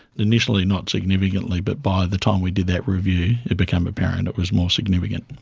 initially not significantly, but by the time we did that review it became apparent it was more significant.